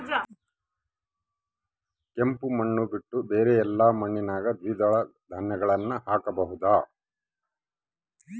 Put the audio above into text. ಕೆಂಪು ಮಣ್ಣು ಬಿಟ್ಟು ಬೇರೆ ಎಲ್ಲಾ ಮಣ್ಣಿನಾಗ ದ್ವಿದಳ ಧಾನ್ಯಗಳನ್ನ ಹಾಕಬಹುದಾ?